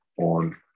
on